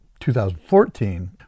2014